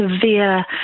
severe